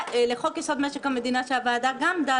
במקצת.